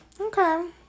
okay